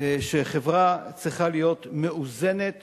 שחברה צריכה להיות מאוזנת